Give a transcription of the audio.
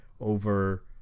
over